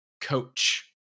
coach